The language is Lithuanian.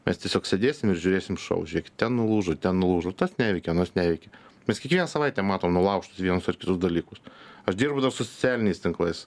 mes tiesiog sėdėsim ir žiūrėsim šou žiūrėkit ten nulūžo ten nulūžo tas neveikia anas neveikia mes kiekvieną savaitę matom nulaužtus vienus ar kitus dalykus aš dirbdavau su socialiniais tinklais